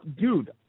dude